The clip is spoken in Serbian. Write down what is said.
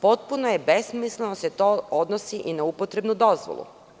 Potpuno se besmisleno to odnosi i na upotrebnu dozvolu.